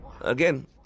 Again